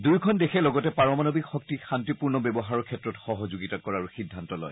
দুয়োখন দেশে লগতে পাৰমাণৱিক শক্তিত শান্তিপূৰ্ণ ব্যৱহাৰৰ ক্ষেত্ৰত সহযোগিতা কৰাৰো সিদ্ধান্ত লয়